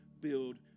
build